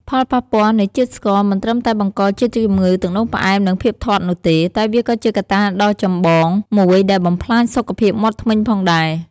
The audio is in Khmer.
ផលប៉ះពាល់នៃជាតិស្ករមិនត្រឹមតែបង្កជាជំងឺទឹកនោមផ្អែម និងភាពធាត់នោះទេ តែវាក៏ជាកត្តាដ៏ចម្បងមួយដែលបំផ្លាញសុខភាពមាត់ធ្មេញផងដែរ។